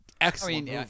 excellent